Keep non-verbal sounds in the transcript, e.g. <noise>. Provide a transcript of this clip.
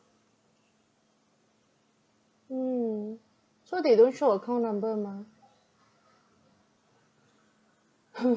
mm so they don't show account number mah <laughs>